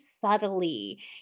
subtly